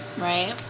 right